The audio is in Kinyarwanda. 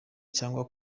cyangwa